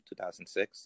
2006